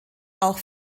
auch